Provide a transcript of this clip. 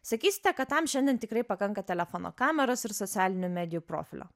sakysite kad tam šiandien tikrai pakanka telefono kameros ir socialinių medijų profilio